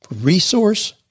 resource